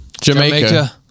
Jamaica